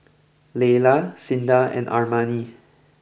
Laylah Cinda and Armani